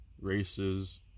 races